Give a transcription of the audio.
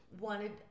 wanted